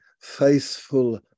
faithful